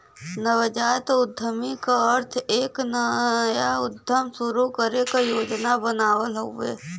नवजात उद्यमी क अर्थ एक नया उद्यम शुरू करे क योजना बनावल हउवे